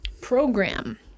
program